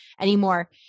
anymore